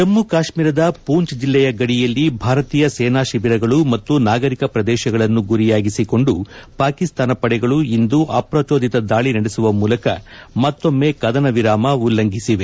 ಜಮ್ಮು ಕಾಶ್ಮೀರದ ಪೂಂಚ್ ಜಿಲ್ಲೆಯ ಗಡಿಯಲ್ಲಿ ಭಾರತೀಯ ಸೇನಾ ಶಿಬಿರಗಳು ಮತ್ತು ನಾಗರಿಕ ಪ್ರದೇಶಗಳನ್ನು ಗುರಿಯಾಗಿಸಿಕೊಂಡು ಪಾಕಿಸ್ತಾನ ಪಡೆಗಳು ಇಂದು ಅಪ್ರಚೋದಿತ ದಾಳಿ ನಡೆಸುವ ಮೂಲಕ ಮತ್ತೊಮ್ಮೆ ಕದನ ವಿರಾಮ ಉಲ್ಲಂಘಿಸಿದೆ